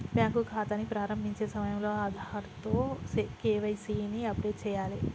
bank ఖాతాని ప్రారంభించే సమయంలో ఆధార్తో కేవైసీ ని అప్డేట్ చేయాలే